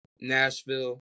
Nashville